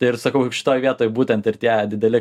tai ir sakau šitoj vietoj būtent ir tie dideli